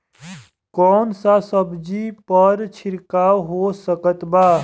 कौन सा सब्जियों पर छिड़काव हो सकत बा?